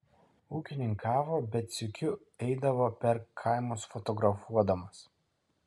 ūkininkavo bet sykiu eidavo per kaimus fotografuodamas